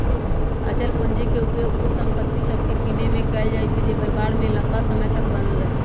अचल पूंजी के उपयोग उ संपत्ति सभके किनेमें कएल जाइ छइ जे व्यापार में लम्मा समय तक बनल रहइ